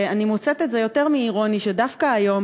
ואני מוצאת את זה יותר מאירוני שדווקא היום,